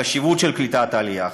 החשיבות של קליטת העלייה,